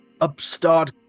upstart